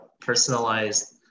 personalized